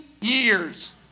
years